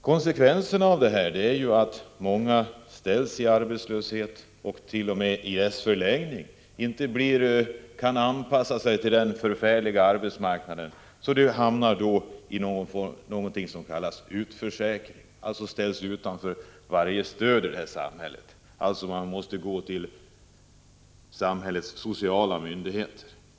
Konsekvenserna av detta är att många ställs i arbetslöshet. I förlängningen är dett.o.m. många som inte kan anpassa sig till den förfärliga arbetsmarknaden utan hamnar i någonting som kallas utförsäkring och därmed ställs utanför varje form av stöd i samhället. Man måste alltså gå till samhällets sociala myndigheter.